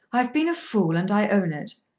i have been a fool and i own it.